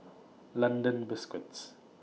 London Biscuits